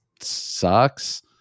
sucks